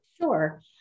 Sure